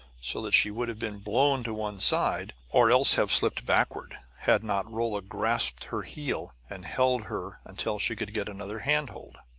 so that she would have been blown to one side, or else have slipped backward, had not rolla grasped her heel and held her until she could get another hand-hold.